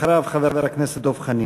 אחריו, חבר הכנסת דב חנין.